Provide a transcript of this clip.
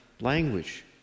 language